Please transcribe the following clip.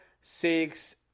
six